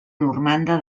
normanda